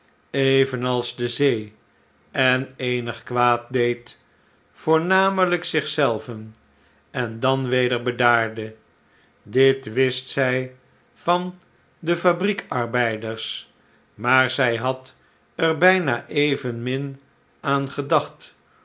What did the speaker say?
evenals de zee en eenig kwaad deed voornamelijk zich zelven en dan weder bedaarde dit wist zij van de fabriek arbeiders maar zij had er bijna evenmin aan gedacht